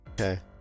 Okay